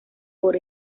por